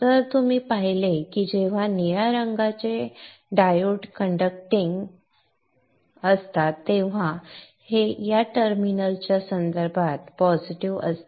तर आपण पाहिले की जेव्हा निळ्या रंगाचे डायोड कण्डक्टींग तेव्हा हे या टर्मिनलच्या संदर्भात पॉझिटिव्ह असते